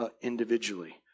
individually